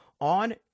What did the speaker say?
on